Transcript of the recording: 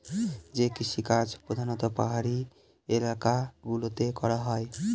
যে কৃষিকাজ প্রধানত পাহাড়ি এলাকা গুলোতে করা হয়